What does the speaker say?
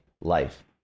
life